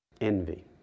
envy